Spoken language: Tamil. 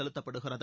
செலுத்தப்படுகிறது